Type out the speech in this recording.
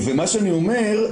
מה שאני אומר,